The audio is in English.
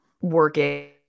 working